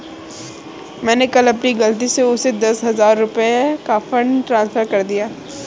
मैंने कल अपनी गलती से उसे दस हजार रुपया का फ़ंड ट्रांस्फर कर दिया